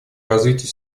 развитие